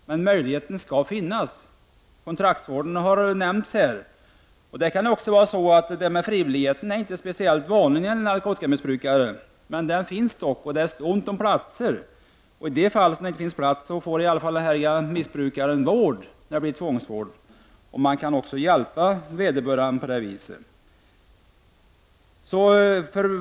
Den möjligheten skall dock finnas. Kontraktsvården har nämnts här. Detta med frivilligheten är inte en speciellt vanlig företeelse när det gäller narkotikamissbrukare. Den finns dock. Men det är ont om platser. I den mån det inte finns platser får missbrukarna i varje fall vård i de fall där det blir fråga om tvångsvård. Vederbörande får på det viset hjälp.